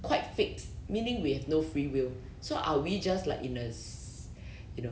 quite fixed meaning we have no free will so are we just like in a si~ in a